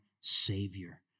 Savior